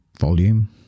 volume